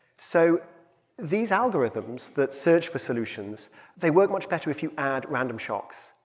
so these algorithms that search for solutions they work much better if you add random shocks.